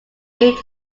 eight